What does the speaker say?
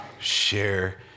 share